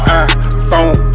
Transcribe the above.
iPhone